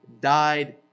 died